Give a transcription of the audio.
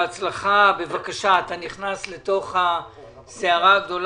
בבקשה, אתה נכנס לתוך הסערה הגדולה.